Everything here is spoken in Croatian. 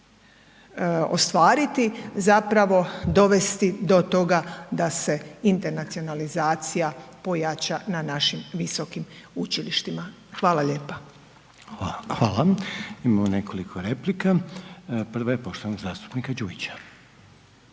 ostvariti zapravo dovesti do toga da se internacionalizacija pojača na našim visokim učilištima. Hvala lijepa. **Reiner, Željko (HDZ)** Hvala. Imamo nekoliko replika. Prva je poštovanog zastupnika Đujića.